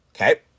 Okay